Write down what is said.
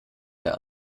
der